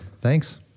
thanks